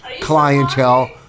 clientele